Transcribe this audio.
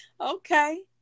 Okay